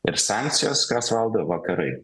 ir sankcijos kas valdo vakarai